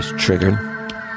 triggered